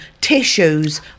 tissues